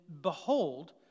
behold